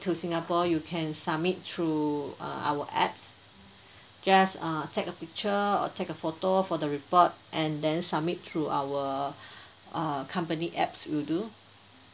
to singapore you can submit through uh our apps just uh take a picture or take a photo for the report and then submit through our uh company apps will do